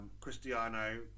Cristiano